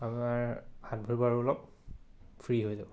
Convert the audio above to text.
আমাৰ হাত ভৰিবোৰ আৰু অলপ ফ্ৰী হৈ যাব